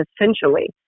essentially